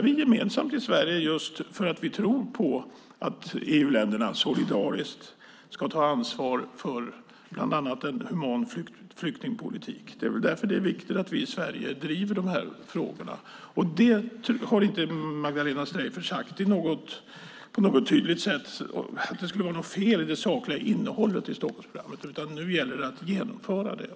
Vi tror på att EU-länderna solidariskt ska ta ansvar för bland annat en human flyktingpolitik. Det är väl därför det är viktigt att vi i Sverige driver de här frågorna. Magdalena Streijffert har inte på något tydligt sätt sagt att det skulle vara något fel på det sakliga innehållet i Stockholmsprogrammet, utan nu gäller det att genomföra det.